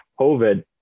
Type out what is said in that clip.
COVID